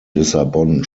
lissabon